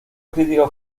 críticos